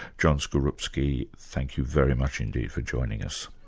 john skorupski, thank you very much indeed for joining us.